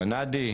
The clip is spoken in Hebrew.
קנדי,